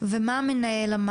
מה אמר המנהל?